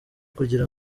kugira